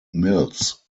mills